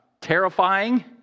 terrifying